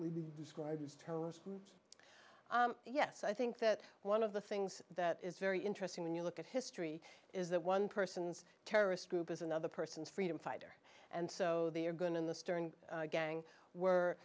terms yes i think that one of the things that is very interesting when you look at history is that one person's terrorist group is another person's freedom fighter and so they are going in the stern gang were